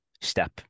step